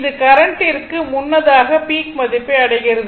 இது கரண்டிற்கு முன்னதாக பீக் மதிப்பை அடைகிறது